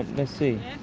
let's see.